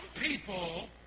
people